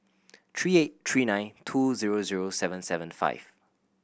three eight three nine two zero zero seven seven five